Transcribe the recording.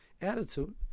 attitude